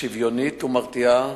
שוויונית ומרתיעה.